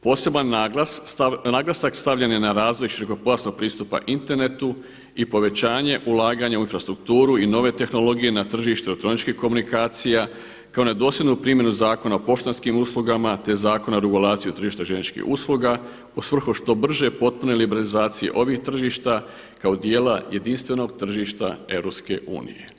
Poseban naglasak stavljen je na razvoj širokopojasnog pristupa internetu i povećanje ulaganja u infrastrukturu i nove tehnologije na tržištu elektroničkih komunikacija kao nedosljednu primjenu Zakona o poštanskim uslugama, te Zakona o regulaciji tržišta željezničkih usluga u svrhu što brže potpune liberalizacije ovih tržišta kao dijela jedinstvenog tržišta Europske unije.